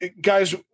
Guys